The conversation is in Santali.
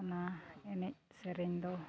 ᱚᱱᱟ ᱮᱱᱮᱡ ᱥᱮᱨᱮᱧ ᱫᱚ